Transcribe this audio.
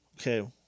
Okay